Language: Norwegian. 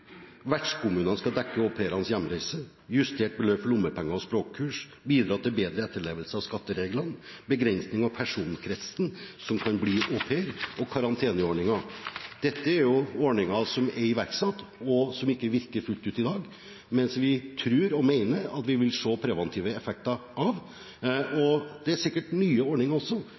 skal dekke au pairenes hjemreise justert beløp for lommepenger og språkkurs bidra til bedre etterlevelse av skattereglene begrensning av personkretsen som kan bli au pair karanteneordningen Dette er ordninger som er iverksatt og som ikke virker fullt ut i dag, men som vi tror og mener at vi vil se preventive effekter av. Det er sikkert også andre ordninger